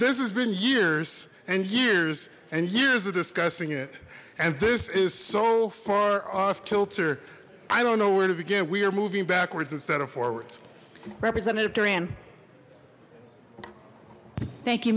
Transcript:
this has been years and years and years of discussing it and this is so far off kilter i don't know where to begin we are moving backwards instead of forwards representative dorian thank you